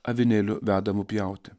avinėliu vedamu pjauti